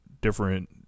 different